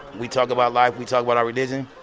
we talk about life. we talk about our religion.